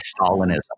Stalinism